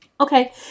Okay